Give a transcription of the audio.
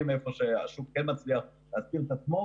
היכן שהשוק כן מצליח להתאים את עצמו,